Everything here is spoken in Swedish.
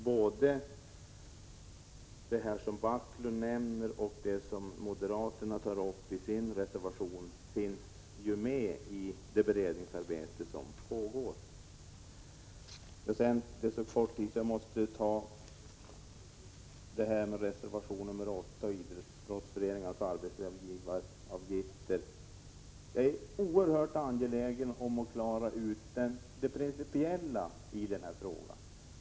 Både det som Rune Backlund här nämner och det som moderaterna tar uppi sin reservation finns ju med i det beredningsarbete som pågår. I reservation 8 berörs frågan om idrottsföreningarnas arbetsgivaravgifter. Jag är oerhört angelägen om att klara ut det principiella i den frågan.